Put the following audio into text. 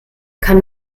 kann